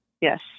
Yes